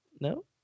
No